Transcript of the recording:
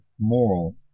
moral